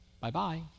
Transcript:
Bye-bye